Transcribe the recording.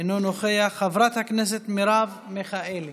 אינו נוכח, חברת הכנסת מרב מיכאלי,